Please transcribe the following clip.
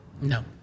no